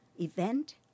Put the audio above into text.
event